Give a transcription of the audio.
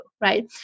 right